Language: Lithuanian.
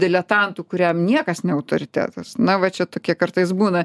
diletantu kuriam niekas ne autoritetas na va čia tokie kartais būna